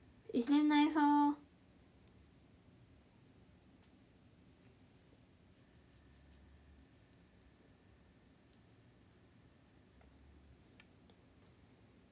it's damn nice lor